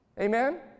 amen